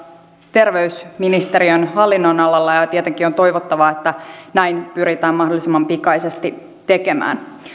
terveysministeriön hallinnonalalla ja ja tietenkin on toivottavaa että näin pyritään mahdollisimman pikaisesti tekemään